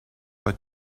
but